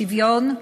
שוויון,